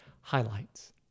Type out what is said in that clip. highlights